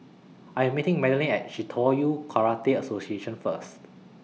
I'm meeting Madaline At Shitoryu Karate Association First